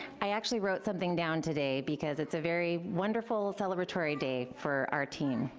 i actually wrote something down today, because it's a very wonderful celebratory day for our team.